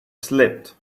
slipped